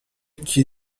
qui